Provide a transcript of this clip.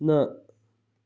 न